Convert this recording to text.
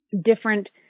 different